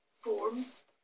forms